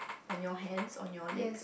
on your hands on your legs